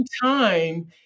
time